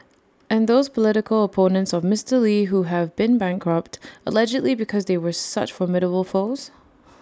and those political opponents of Mister lee who have been bankrupted allegedly because they were such formidable foes